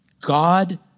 God